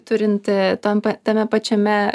turinti tampa tame pačiame